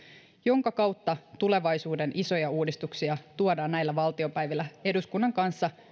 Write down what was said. jonka kautta tulevaisuuden isoja uudistuksia tuodaan näillä valtiopäivillä eduskunnan kanssa